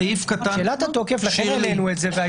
שאלת התוקף לכן העלינו את זה.